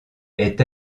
est